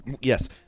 Yes